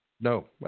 No